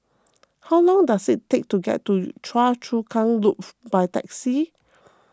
how long does it take to get to Choa Chu Kang Loop by taxi